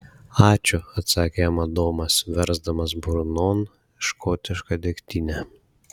ačiū atsakė jam adomas versdamas burnon škotišką degtinę